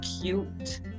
cute